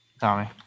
Tommy